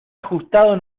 ajustado